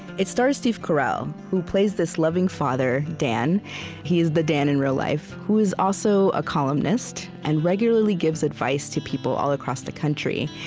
it stars steve carell, who plays this loving father, dan he's the dan in real life who is also a columnist and regularly gives advice to people all across the country.